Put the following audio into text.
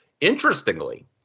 Interestingly